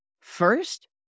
first